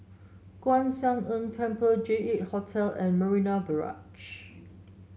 Kwan Siang Tng Temple J eight Hotel and Marina Barrage